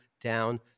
down